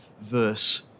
verse